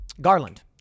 Garland